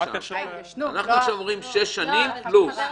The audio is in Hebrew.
מה הקשר ל --- עכשיו אנחנו אומרים שש שנים פלוס.